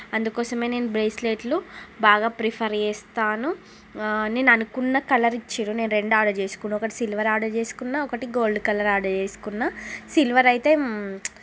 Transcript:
అందుకోసం నేను బ్రాస్లెట్లు బాగా ప్రిఫర్ చేస్తాను నేను అనుకున్న కలర్ ఇచ్చిర్రు నేను రెండు ఆర్డర్ చేసుకున్నా ఒకటి సిల్వర్ ఆర్డర్ చేసుకున్నా ఒకటి గోల్డ్ కలర్ ఆర్డర్ చేసుకున్నా సిల్వర్ అయితే